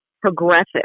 progressive